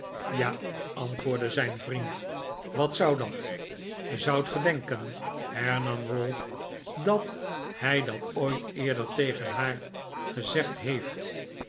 ja antwoordde zijn vriend wat zou dat zoudt ge denken hernam ralph dat hij dat ooit eerder tegen haar gezegd heeft